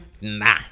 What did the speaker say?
nah